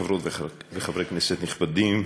חברות וחברי כנסת נכבדים,